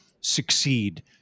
succeed